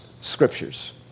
scriptures